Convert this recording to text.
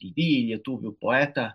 didįjį poetą